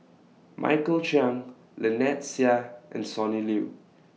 Michael Chiang Lynnette Seah and Sonny Liew